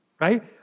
right